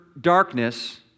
darkness